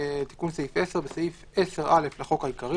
תיקון סעיף 10 2. בסעיף 10(א) לחוק העיקרי,